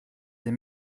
les